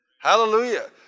Hallelujah